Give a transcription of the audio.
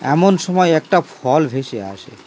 এমন সময় একটা ফল ভেসে আসে